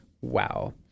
Wow